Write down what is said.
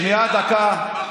ועמית סגל בכלל, שנייה, דקה.